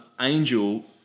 Angel